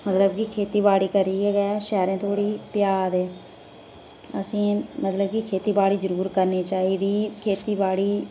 मतलब किड़ी पजा दे असेंगी मतलब की खेतीबाड़ी जरूर करनी चाहिदी खेतीबाड़ी खेतीबाड़ी करियै गै शैहरें